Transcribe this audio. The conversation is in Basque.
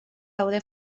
daude